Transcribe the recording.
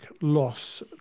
loss